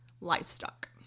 livestock